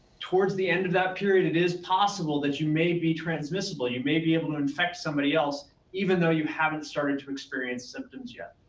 towards the end of that period, it is possible that you may be transmissible, you may be able to infect somebody else even though you haven't started to experience symptoms yet.